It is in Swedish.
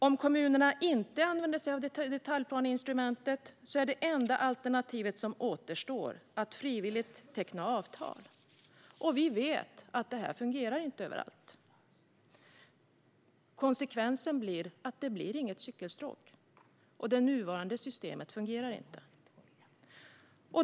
Om kommunerna inte använder sig av detaljplaneinstrumentet är det enda alternativ som återstår att frivilligt teckna avtal, och vi vet att detta inte fungerar överallt. Konsekvensen blir att det inte blir något cykelstråk. Det nuvarande systemet fungerar inte.